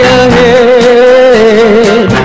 ahead